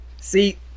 See